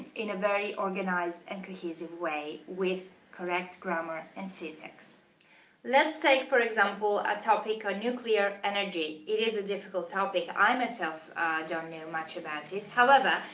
in a very organized and cohesive way with correct grammar and syntax let's take for example a topic on nuclear energy. it is a difficult topic i myself don't know much about it, however,